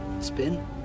spin